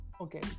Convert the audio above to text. okay